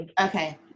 Okay